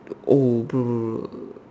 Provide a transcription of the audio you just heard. oh bro bro bro